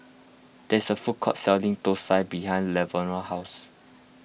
there is a food court selling Thosai behind Lavona's house